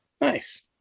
Nice